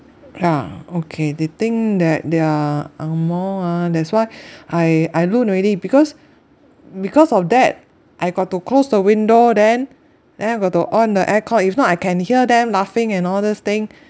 ya okay they think that they are ang moh ah that's why I I learned already because because of that I got to close the window then then I've got to on the aircon if not I can hear them laughing and all those thing